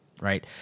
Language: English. right